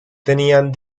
tenían